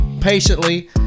patiently